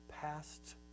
past